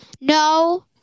No